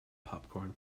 popcorn